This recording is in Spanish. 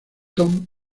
tom